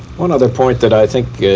one other point that i think